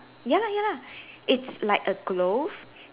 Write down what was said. ya lah ya lah it's like a glove